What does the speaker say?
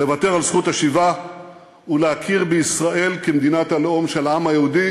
לוותר על זכות השיבה ולהכיר בישראל כמדינת הלאום של העם היהודי.